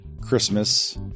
Christmas